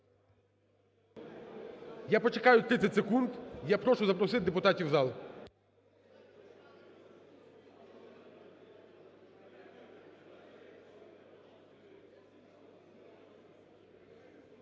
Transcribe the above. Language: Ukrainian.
Я почекаю 30 секунд, я прошу запросити депутатів в зал.